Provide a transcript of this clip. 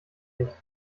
nicht